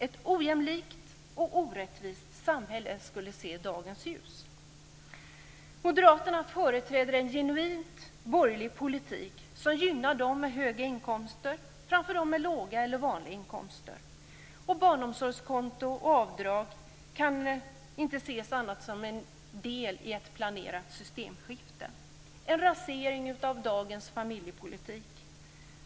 Ett ojämlikt och orättvist samhälle skulle se dagens ljus. Moderaterna företräder en genuint borgerlig politik som gynnar dem med höga inkomster framför dem med låga eller vanliga inkomster. Barnomsorgskonto och barnomsorgsavdrag kan inte ses som annat än en del i ett planerat systemskifte, en rasering av dagens familjepolitik.